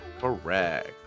Correct